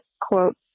quote